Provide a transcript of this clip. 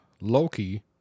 Loki